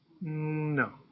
no